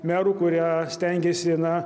merų kurie stengiasi na